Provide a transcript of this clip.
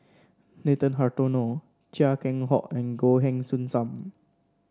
Nathan Hartono Chia Keng Hock and Goh Heng Soon Sam